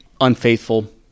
unfaithful